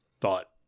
thought